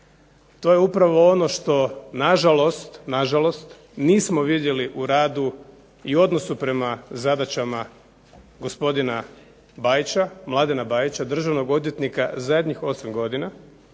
to je upravo ono što nažalost nismo vidjeli u radu i odnosu prema zadaćama gospodina Mladena Bajića, državnog odvjetnika zadnjih 8 godina.